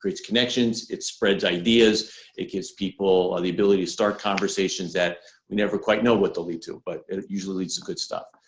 creates connections it spreads ideas it gives people ah the ability to start conversations that we never quite know what they'll lead to but it it usually leads to good stuff.